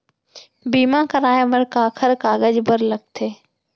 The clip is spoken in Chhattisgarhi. बीमा कराय बर काखर कागज बर लगथे?